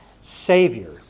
Savior